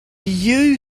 you